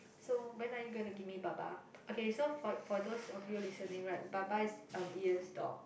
so when are you gonna give me Baba okay so for for those of you listening right Baba is um Ian's dog